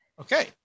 Okay